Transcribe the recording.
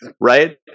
Right